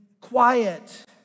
quiet